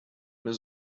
mehr